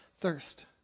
thirst